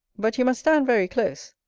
but you must stand very close,